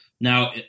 Now